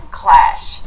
clash